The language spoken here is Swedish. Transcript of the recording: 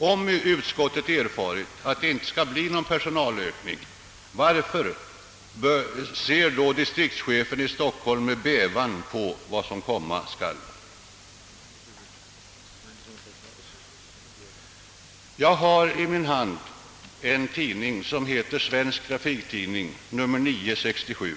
Om utskottet erfarit att det inte skall bli någon personalökning frågar man sig varför distriktschefen i Stockholm med bävan ser på vad som komma skall. Jag har i min hand en tidning som heter Svensk trafiktidning, nr 9:1967.